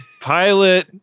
pilot